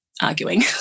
arguing